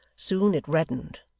soon it reddened,